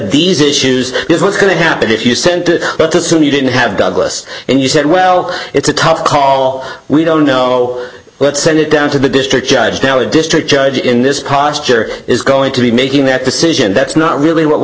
these issues is what's going to happen if you sent it but to soon you didn't have douglas and you said well it's a tough call we don't know let's send it down to the district judge now a district judge in this posture is going to be making that decision that's not really what we